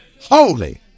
Holy